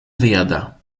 wyjada